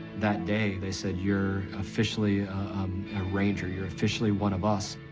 that day they said, you're officially um a ranger. you're officially one of us.